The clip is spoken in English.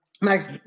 Max